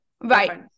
right